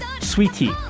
Sweetie